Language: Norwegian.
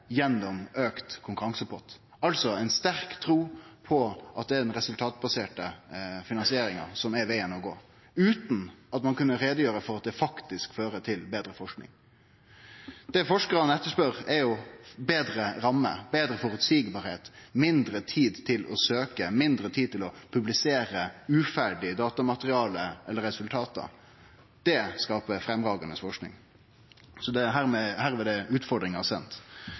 gjennom auka konkurransepott. Det er altså ei sterk tru på at det er den resultatbaserte finansieringa som er vegen å gå, utan at ein kan gjere greie for at det faktisk fører til betre forsking. Det forskarane spør etter, er betre rammer, betre føreseielegheit, mindre tid til å søkje, mindre tid til å publisere uferdig datamateriale eller resultat. Det skaper framifrå forsking. Hermed er utfordringa